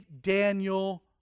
Daniel